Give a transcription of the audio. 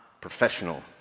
professional